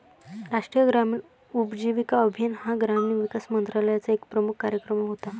राष्ट्रीय ग्रामीण उपजीविका अभियान हा ग्रामीण विकास मंत्रालयाचा एक प्रमुख कार्यक्रम होता